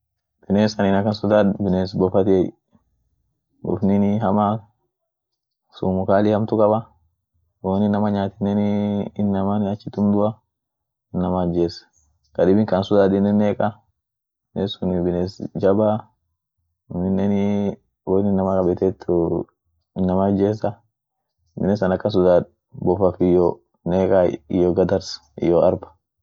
biness anin akan sodaad bines bofaatiey, bofnini hamaa, sumu kali hamtu kaba, woin inama nyaatinen inamaan achitum duaa inama ijes, kadibin ka an sodadinen neeqa, biness sun biness jabaa, aminenii woinin inamaa kabetutuu inama ijesa, biness ann akan sodad bofaf iyyo neeqay iyo gadars iyo arb.